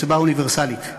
קצבה אוניברסלית,